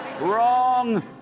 Wrong